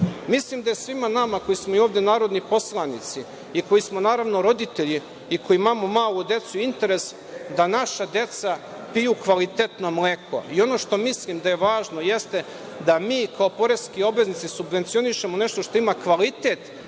da je svima nama koji smo i ovde narodni poslanici i koji smo naravno roditelji i koji imamo malu decu interes da naša deca piju kvalitetno mleko i ono što mislim da je važno jeste da mi kao poreski obveznici subvencionišemo nešto što ima kvalitet,